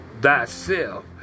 thyself